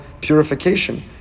purification